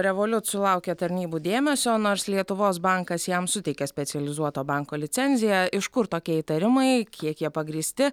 revoliut sulaukė tarnybų dėmesio nors lietuvos bankas jam suteikė specializuoto banko licenziją iš kur tokie įtarimai kiek jie pagrįsti